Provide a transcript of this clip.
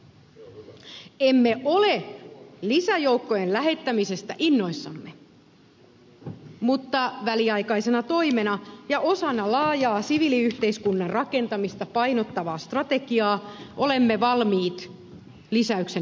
emme ole lisäjoukkojen lähettämisestä innoissamme mutta väliaikaisena toimena ja osana laajaa siviiliyhteiskunnan rakentamista painottavaa strategiaa olemme valmiit lisäyksen hyväksymään